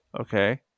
Okay